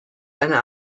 eine